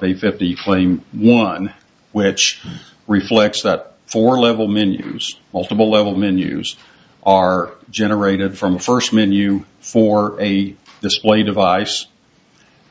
p fifty flame one which reflects that for level menus multiple level menus are generated from first menu for a display device